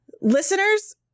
Listeners